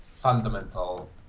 fundamental